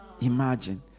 Imagine